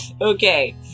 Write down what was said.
Okay